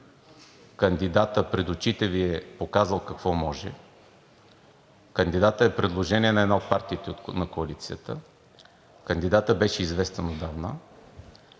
кандидатът пред очите Ви е показал какво може; кандидатът е предложение на една от партиите на коалицията; кандидатът беше известен отдавна